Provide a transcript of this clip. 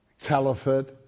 caliphate